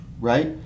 Right